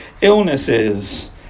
illnesses